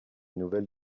nouvelles